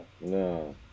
no